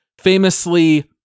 Famously